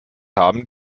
haben